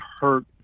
hurt